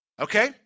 okay